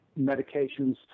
medications